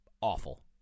awful